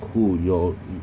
who your